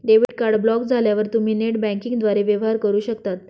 debit card block झाल्यावर तुम्ही net बँकिंगद्वारे वेवहार करू शकता